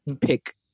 pick